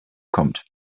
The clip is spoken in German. kommt